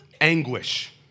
anguish